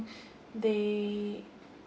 they